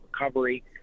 recovery